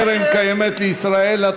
קרן קיימת לישראל),